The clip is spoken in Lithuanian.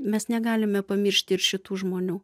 mes negalime pamiršti ir šitų žmonių